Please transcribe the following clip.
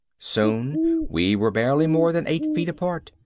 soon we were barely more than eight feet apart,